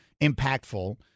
impactful